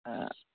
অ